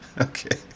Okay